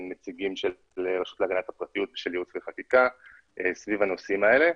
ונציגים של הרשות להגנת הפרטיות ושל ייעוץ וחקיקה סביב הנושאים האלה.